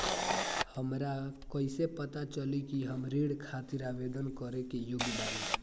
हमरा कईसे पता चली कि हम ऋण खातिर आवेदन करे के योग्य बानी?